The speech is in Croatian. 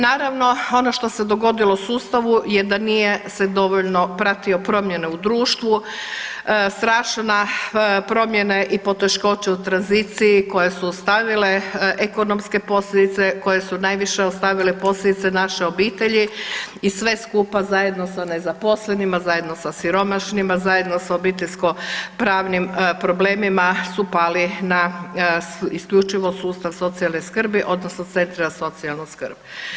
Naravno ono što se dogodilo sustavu je da nije se dovoljno pratio promjene u društvu, strašne promjene i poteškoće u tranziciji koje su ostavile ekonomske posljedice koje su najviše ostavile posljedice naše obitelji i sve skupa zajedno sa nezaposlenima, zajedno sa siromašnima, zajedno sa obiteljsko pravnim problemima, su pali na isključivo sustav socijalne skrbi odnosno centri za socijalnu skrb.